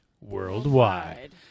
worldwide